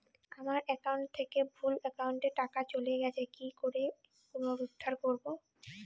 আমার একাউন্ট থেকে ভুল একাউন্টে টাকা চলে গেছে কি করে পুনরুদ্ধার করবো?